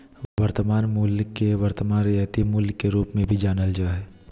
वर्तमान मूल्य के वर्तमान रियायती मूल्य के रूप मे भी जानल जा हय